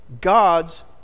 God's